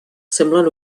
semblen